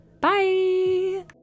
Bye